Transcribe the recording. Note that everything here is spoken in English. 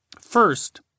First